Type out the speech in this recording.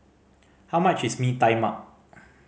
how much is Mee Tai Mak